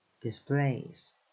Displays